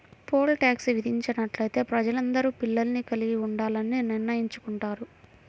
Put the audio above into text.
pole tax విధించినట్లయితే ప్రజలందరూ పిల్లల్ని కలిగి ఉండాలని నిర్ణయించుకుంటారు